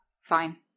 fine